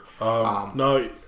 No